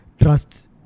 trust